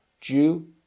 Jew